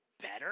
better